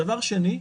דבר שני,